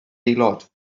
aelod